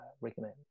recommend